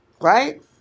right